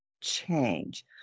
change